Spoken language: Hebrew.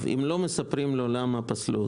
לי לא אמרו למה.